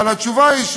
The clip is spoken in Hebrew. אבל התשובה היא: